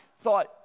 thought